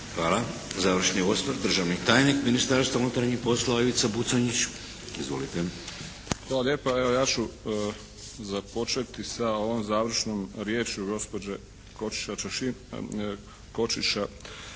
Hvala. Završni osvrt, državni tajnik Ministarstva unutarnjih poslova Ivica Buconjić. Izvolite. **Buconjić, Ivica (HDZ)** Hvala lijepa. Evo ja ću započeti sa ovom završnom riječju gospođe Košiša Čičinh, Košiša,